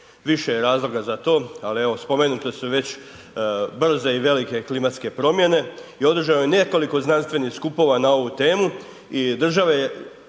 Više je razloga za to, ali evo spomenute su već brze i velike klimatske promjene i održano je nekoliko znanstvenih skupova na ovu temu i država